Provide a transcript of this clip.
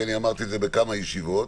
כי אמרתי את זה בכמה ישיבות.